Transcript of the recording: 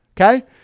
okay